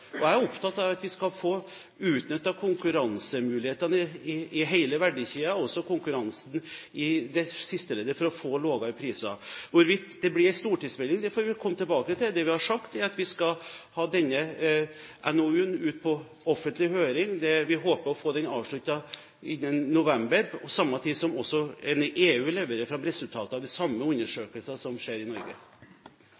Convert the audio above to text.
Jeg er opptatt av at vi skal få utnyttet konkurransemulighetene i hele verdikjeden, også konkurransen i sisteleddet, for å få lavere priser. Hvorvidt det blir en stortingsmelding, får vi komme tilbake til. Det vi har sagt, er at vi skal ha denne NOU-en ut på offentlig høring. Vi håper å få den avsluttet innen november, på samme tid som også EU leverer resultatene av de samme